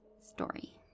story